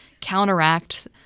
counteract